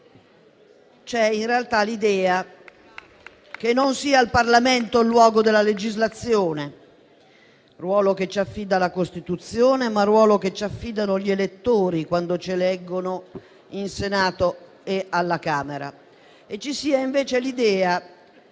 C'è in realtà l'idea che non sia il Parlamento il luogo della legislazione - ruolo che ci affida la Costituzione, ma anche gli elettori quando ci eleggono in Senato e alla Camera - e ci sia invece l'idea